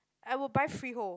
I will buy freehold